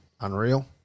unreal